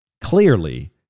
Clearly